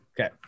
Okay